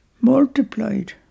multiplied